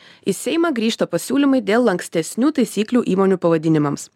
į seimą grįžta pasiūlymai dėl lankstesnių taisyklių įmonių pavadinimams